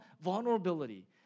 vulnerability